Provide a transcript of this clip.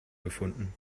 gefunden